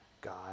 God